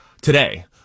Today